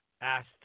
asked